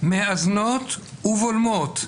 מאזנות ובולמות.